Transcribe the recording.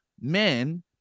men